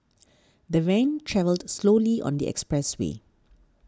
the van travelled slowly on the expressway